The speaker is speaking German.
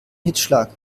hitzschlag